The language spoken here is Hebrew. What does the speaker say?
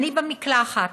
"אני במקלחת,